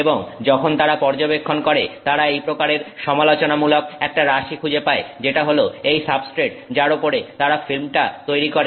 এবং যখন তারা পর্যবেক্ষণ করে তারা এই প্রকারের সমালোচনা মূলক একটা রাশি খুঁজে পায় যেটা হলো এই সাবস্ট্রেট যার ওপরে তারা ফিল্মটা তৈরি করে